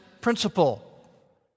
principle